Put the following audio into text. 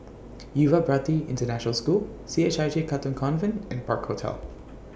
Yuva Bharati International School C H I J Katong Convent and Park Hotel